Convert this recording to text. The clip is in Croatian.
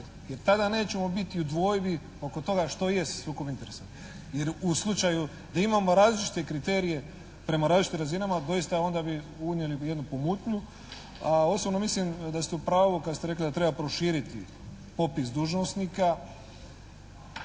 jer tada nećemo biti u dvojbi oko toga što je sukob interesa. Jer u slučaju da imamo različite kriterije prema različitim razinama, doista onda bi unijeli jednu pomutnju, a osobno mislim da ste u pravu kada ste rekli da treba proširiti popis dužnosnika,